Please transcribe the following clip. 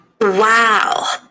Wow